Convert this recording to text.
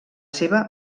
seva